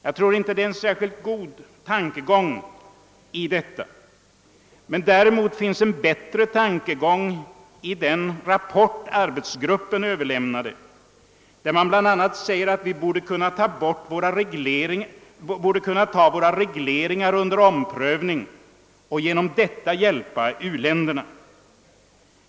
Jag tror inte att det ligger någon särskilt god tankegång bakom detta uttalande. Däremot finns en bättre tankegång i den rapport som arbetsgruppen överlämnade och i vilken man bl.a. säger att »vi borde kunna ta våra regleringar under omprövning och genom detta hjälpa u-länderna».